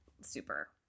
super